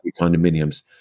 condominiums